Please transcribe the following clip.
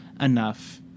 enough